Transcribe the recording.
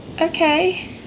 Okay